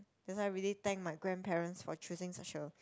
that's why really thank my grandparents for choosing such a